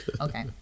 Okay